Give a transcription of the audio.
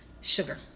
Sugar